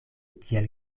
tiel